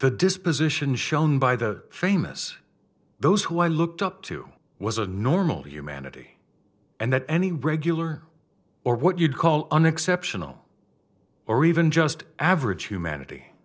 the disposition shown by the famous those who i looked up to was a normal humanity and that any regular or what you'd call an exceptional or even just average humanity